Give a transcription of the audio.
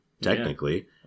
technically